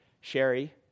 Sherry